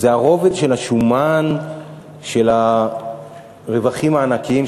זה הרובד של השומן של הרווחים הענקיים,